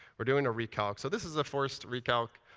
we're doing a recalc. so this is a forced recalc.